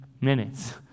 minutes